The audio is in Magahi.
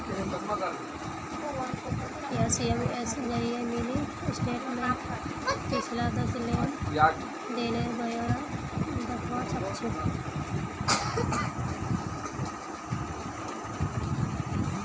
एस.एम.एस जरिए मिनी स्टेटमेंटत पिछला दस लेन देनेर ब्यौरा दखवा सखछी